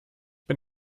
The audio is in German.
bin